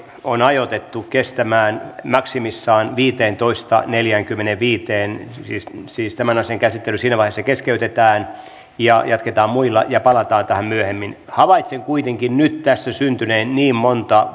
on ajoitettu kestämään maksimissaan viiteentoista piste neljäänkymmeneenviiteen siis tämän asian käsittely siinä vaiheessa keskeytetään ja jatketaan muilla ja palataan tähän myöhemmin havaitsen kuitenkin nyt tässä syntyneen niin monta